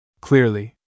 Clearly